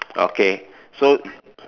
okay so